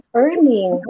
earning